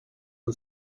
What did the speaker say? who